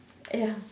ya